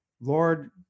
Lord